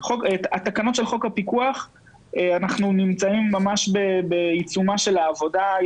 אנחנו נמצאים ממש בעיצומה של העבודה על תקנות על חוק הפיקוח.